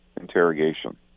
interrogation